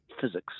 physics